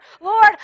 Lord